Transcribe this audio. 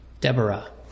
Deborah